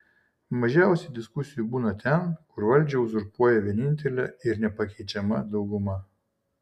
mažiausiai diskusijų būna ten kur valdžią uzurpuoja vienintelė ir nepakeičiama dauguma